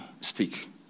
speak